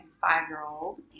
five-year-old